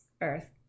earth